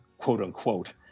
quote-unquote